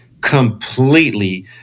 completely